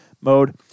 mode